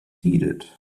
heeded